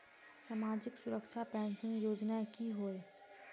सामाजिक सुरक्षा पेंशन योजनाएँ की होय?